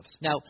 Now